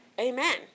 amen